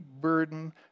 burden